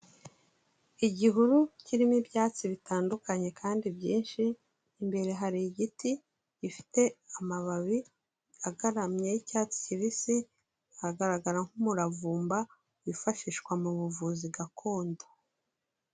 Igihuru kirimo ibyatsi bitandukanye kandi byinshi, imbere hari igiti gifite amababi agaramye y'icyatsi kibisi, agaragara nk'umuravumba wifashishwa mu buvuzi gakondo.